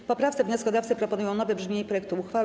W poprawce wnioskodawcy proponują nowe brzmienie projektu uchwały.